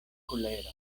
kulero